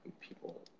people